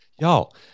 Y'all